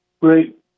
great